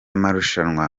marushanwa